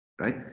Right